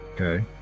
Okay